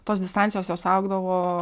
tos distancijos jos augdavo